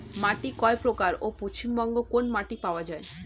মাটি কয় প্রকার ও পশ্চিমবঙ্গ কোন মাটি পাওয়া য়ায়?